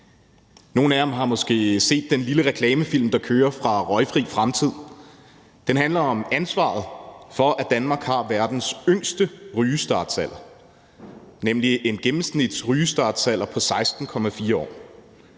Nogle af jer har måske set den lille reklamefilm, der kører fra Røgfri Fremtid, og den handler om ansvaret for, at Danmark har verdens yngste rygestartsalder, nemlig en gennemsnitsrygestartsalder på 16,4 år.